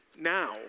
now